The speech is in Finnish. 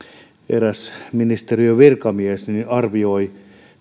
eräs ministeriön virkamies arvioivat